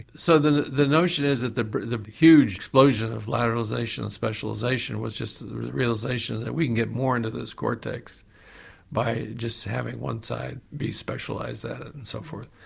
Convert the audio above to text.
so the the notion is that the the huge explosion of lateralisation and specialisation was just the realisation that we can get more into this cortex by just having one side be specialised at it and so forth.